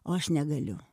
o aš negaliu